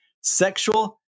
sexual